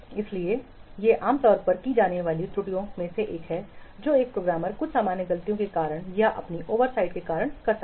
इसलिए ये आमतौर पर की जाने वाली कुछ त्रुटियां हैं जो एक प्रोग्रामर कुछ सामान्य गलतियों के कारण या अपनी ओवरसाइट के कारण कर सकता है